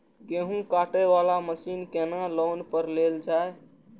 गेहूँ काटे वाला मशीन केना लोन पर लेल जाय?